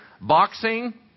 boxing